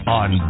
on